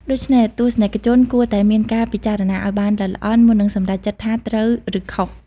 ដូច្នេះ ទស្សនិកជនគួរតែមានការពិចារណាឲ្យបានល្អិតល្អន់មុននឹងសម្រេចចិត្តថាត្រូវឬខុស។